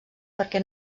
perquè